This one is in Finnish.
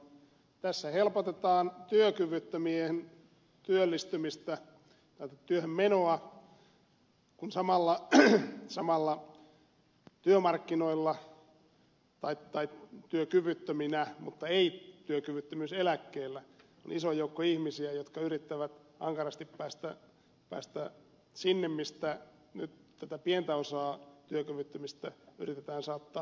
tässä helpotetaan työkyvyttömien työhönmenoa kun samalla työkyvyttöminä mutta ei työkyvyttömyyseläkkeellä on iso joukko ihmisiä jotka yrittävät ankarasti päästä sinne mistä nyt tätä pientä osaa työkyvyttömistä yritetään saattaa pois